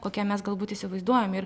kokią mes galbūt įsivaizduojam ir